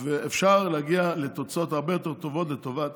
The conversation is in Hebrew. אפשר להגיע לתוצאות הרבה יותר טובות לטובת